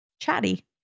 chatty